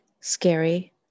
scary